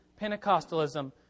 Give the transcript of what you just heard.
Pentecostalism